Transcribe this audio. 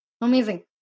Amazing